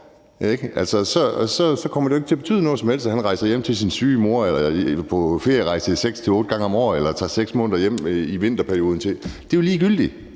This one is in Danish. år, kommer det jo ikke til at betyde noget som helst, at han rejser hjem til sin syge mor eller tager på ferierejse 6-8 gange om året eller tager 6 måneder hjem i vinterperioden. Det er jo ligegyldigt,